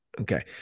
okay